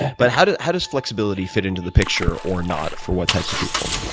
but how does how does flexibility fit into the picture or not for what types of people?